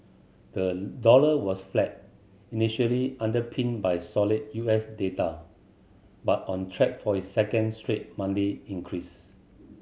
the dollar was flat initially underpinned by solid U S data but on track for its second straight Monday increase